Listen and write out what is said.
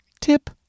tip